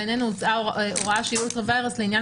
ובעינינו הוצאה הוראה שהיא אולטרה וירס לעניין